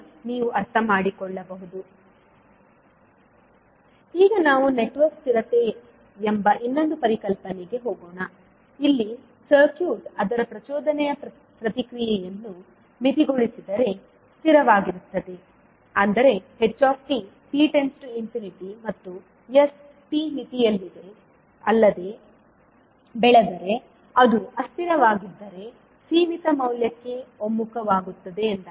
slide time ನೋಡಿ 1900 ಈಗ ನಾವು ನೆಟ್ವರ್ಕ್ ಸ್ಥಿರತೆ ಎಂಬ ಇನ್ನೊಂದು ಪರಿಕಲ್ಪನೆಗೆ ಹೋಗೋಣ ಇಲ್ಲಿ ಸರ್ಕ್ಯೂಟ್ ಅದರ ಪ್ರಚೋದನೆಯ ಪ್ರತಿಕ್ರಿಯೆಯನ್ನು ಮಿತಿಗೊಳಿಸಿದರೆ ಸ್ಥಿರವಾಗಿರುತ್ತದೆ ಅಂದರೆ h t→∞ ಮತ್ತು s t ಮಿತಿಯಿಲ್ಲದೆ ಬೆಳೆದರೆ ಅದು ಅಸ್ಥಿರವಾಗಿದ್ದರೆ ಸೀಮಿತ ಮೌಲ್ಯಕ್ಕೆ ಒಮ್ಮುಖವಾಗುತ್ತದೆ ಎಂದರ್ಥ